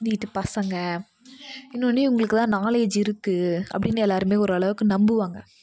வீட்டு பசங்கள் இன்னொன்று இவங்களுக்கு தான் நாலேஜ் இருக்குது அப்படினு எல்லோருமே ஒரு அளவுக்கு நம்புவாங்க